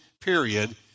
period